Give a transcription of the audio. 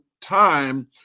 time